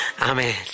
Amen